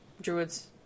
Druids